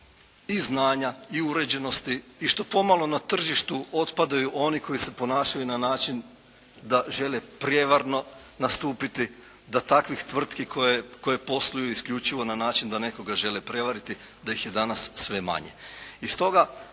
i znanja i uređenosti i što pomalo na tržištu otpadaju oni koji se ponašaju na način da žele prijevarno nastupiti da takvih tvrtki koje posluju isključivo na način da nekoga žele prevariti da ih je danas sve manje.